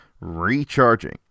recharging